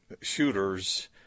shooters